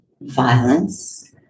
violence